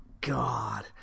god